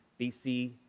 BC